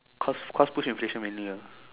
cause cost push inflation we knew ya